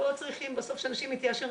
אנחנו לא רוצים שבסוף אנשים יתייאשו,